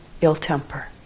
ill-temper